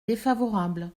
défavorable